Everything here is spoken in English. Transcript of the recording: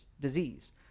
disease